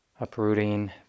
uprooting